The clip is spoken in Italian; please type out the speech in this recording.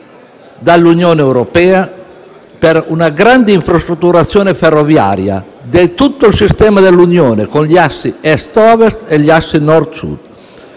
dall'Unione europea per una grande infrastrutturazione ferroviaria di tutto il sistema dell'Unione, con gli assi Est-Ovest e Nord-Sud.